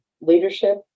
leadership